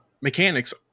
mechanics